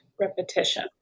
repetition